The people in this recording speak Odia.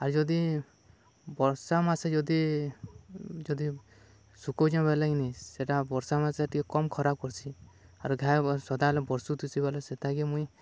ଆର୍ ଯଦି ବର୍ଷା ମାସେ ଯଦି ଯଦି ଶୁକଉଚେଁ ବଲେକିନି ସେଟା ବର୍ଷା ମାସେ ଟିକେ କମ୍ ଖରା କର୍ସି ଆର୍ ଘାଏ ସଦା ହେଲେ ବର୍ଷୁ ଥିସି ବଏଲେ ସେଟାକେ ମୁଇଁ